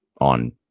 on